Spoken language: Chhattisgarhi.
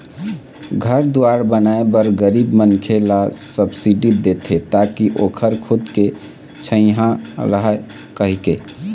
घर दुवार बनाए बर गरीब मनखे ल सब्सिडी देथे ताकि ओखर खुद के छइहाँ रहय कहिके